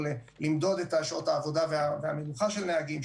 למדוד את שעות העבודה והמנוחה של נהגים,